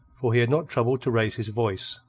for he had not troubled to raise his voice.